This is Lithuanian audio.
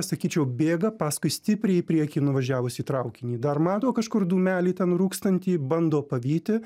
sakyčiau bėga paskui stipriai į priekį nuvažiavusį traukinį dar mato kažkur dūmelį ten rūkstantį bando pavyti